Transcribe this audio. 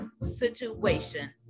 situation